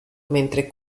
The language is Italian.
mentre